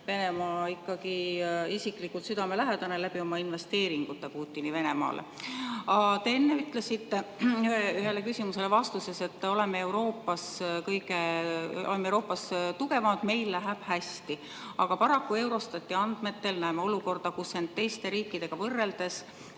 Venemaa ikkagi isiklikult südamelähedane oma investeeringute tõttu Putini Venemaale. Te enne ütlesite ühele küsimusele vastates, et oleme Euroopas tugevamad, meil läheb hästi. Aga paraku Eurostati andmetel näeme olukorda, et teiste riikidega võrreldes